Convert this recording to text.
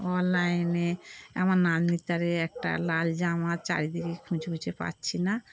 অনলাইনে আমার নাতনিটারে একটা লাল জামা চারিদিকে খুঁজে খুঁজে পাচ্ছি না